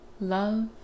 Love